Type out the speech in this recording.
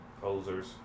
posers